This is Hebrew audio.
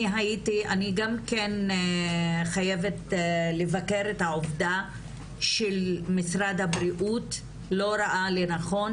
אני גם כן חייבת לבקר את העובדה שמשרד הבריאות לא ראה לנכון